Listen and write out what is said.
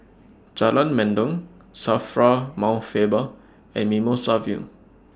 Jalan Mendong SAFRA Mount Faber and Mimosa View